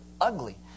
ugly